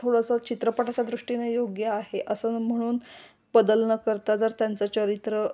थोडंसं चित्रपटाच्या दृष्टीने योग्य आहे असं म्हणून बदल न करता जर त्यांचं चरित्र